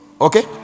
Okay